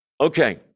Okay